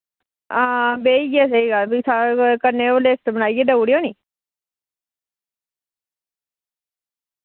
हां बेहियै सेही गल्ल ऐ फ्ही सारा कन्नै ओह् लिस्ट बनाइयै देऊड़े ओ नी